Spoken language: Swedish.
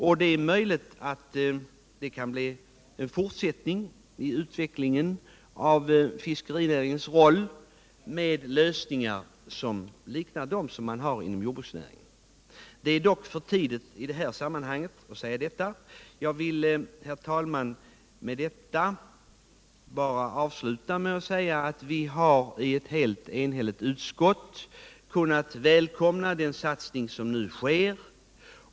Det är också möjligt att det kan bli en fortsättning i utvecklingen av fiskenäringens roll med lösningar som liknar de man har inom jordbruksnäringen. Jag vill, herr talman, avsluta med att säga att ett helt enigt utskott kunnat välkomna den satsning som nu sker.